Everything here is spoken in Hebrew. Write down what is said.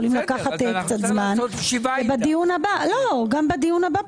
יכולים לקחת קצת זמן ובדיון הבא לחזור עם תשובות.